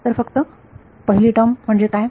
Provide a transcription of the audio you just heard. तर फक्त प्रथम टर्म म्हणजे काय